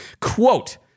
Quote